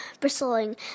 bristling